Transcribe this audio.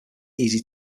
easy